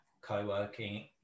co-working